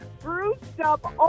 bruised-up